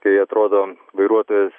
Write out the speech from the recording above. kai atrodo vairuotojas